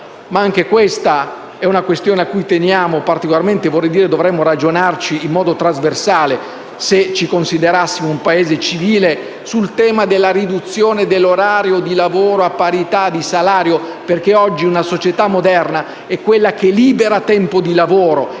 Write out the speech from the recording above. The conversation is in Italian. in quest'Aula, un aspetto a cui teniamo particolarmente e su cui dovremmo ragionare in modo trasversale se ci considerassimo un Paese civile: il tema della riduzione dell'orario di lavoro a parità di salario. Oggi, colleghi, una società moderna è quella che libera tempo di lavoro,